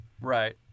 Right